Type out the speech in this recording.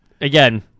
again